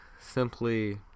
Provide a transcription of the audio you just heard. simply